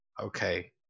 Okay